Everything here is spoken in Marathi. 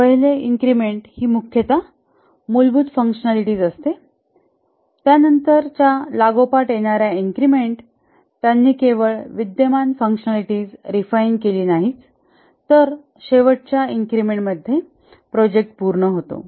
पहिले इन्क्रिमेंट ही मुख्यत मूलभूत फँकशनलिटीज असते त्यानंतरच्या लागोपाठ येणारे इन्क्रिमेंट त्यांनी केवळ विद्यमान फँकशनलिटीज रिफाइन केली नाहीच तर शेवटच्या इन्क्रिमेंटमध्ये प्रोजेक्ट पूर्ण होतो